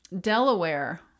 Delaware